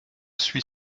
suis